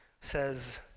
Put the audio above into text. says